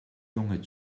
junge